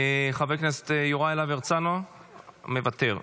חבר הכנסת יוראי להב הרצנו, מוותר.